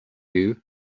you